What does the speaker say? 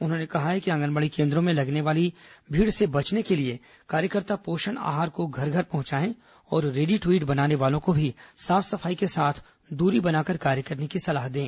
उन्होंने कहा है कि आंगनबाड़ी केन्द्रों में लगने वाली भीड़ से बचने के लिए कार्यकर्ता पोषण आहार को घर घर तक पहुंचाएं और रेडी टू ईंट बनाने वालों को भी साफ सफाई के साथ दूरी बनाकर कार्य करने की सलाह दें